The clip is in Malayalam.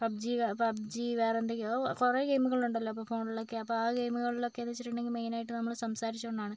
പബ് ജി പബ് ജി വേറെ എന്തെങ്കിലും കുറേ ഗെയിമുകൾ ഉണ്ടല്ലോ ഇപ്പോൾ ഫോണിലൊക്കെ അപ്പം ആ ഗെയിമുകളിൽ ഒക്കെ എന്ന് വെച്ചിട്ടുണ്ടെങ്കിൽ മെയിനായിട്ട് നമ്മൾ സംസാരിച്ചതുകൊണ്ടാണ്